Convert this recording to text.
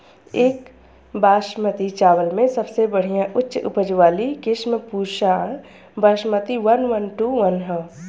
एक बासमती चावल में सबसे बढ़िया उच्च उपज वाली किस्म Pusa basmati one one two one ह?